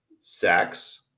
sex